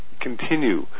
continue